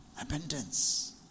abundance